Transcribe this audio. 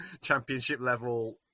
championship-level